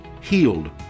healed